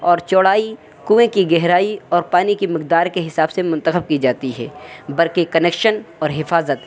اور چوڑائی کنویں کی گہرائی اور پانی کی مقدار کے حساب سے منتخب کی جاتی ہے برقی کنیکشن اور حفاظت